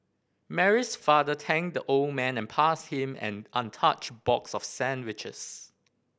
Mary's father thanked the old man and passed him an untouched box of sandwiches